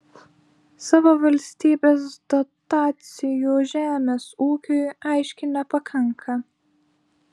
savo valstybės dotacijų žemės ūkiui aiškiai nepakanka